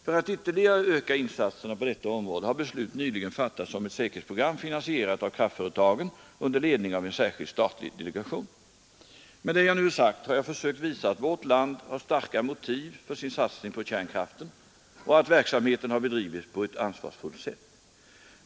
För att ytterligare öka insatserna på detta område har beslut nyligen fattats om ett säkerhetsprogram finansierat av kraftföretagen och under ledning Med det jag nu sagt har jag försökt visa att vårt land haft starka motiv för sin satsning på kärnkraften och att verksamheten har bedrivits på ett ansvarsfullt sätt.